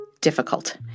difficult